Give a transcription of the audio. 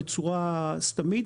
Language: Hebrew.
בצורה סתמית,